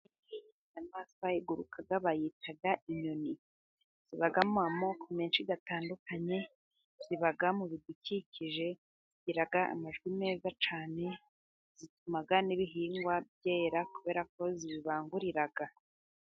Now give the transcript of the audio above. Inyamaswa iguruka bayita inyoni zibamo amoko menshi atandukanye, ziba mu bidukikije zigira amajwi meza cyane, zituma n'ibihingwa byera kubera ko zibangurira